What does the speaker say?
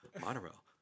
Monorail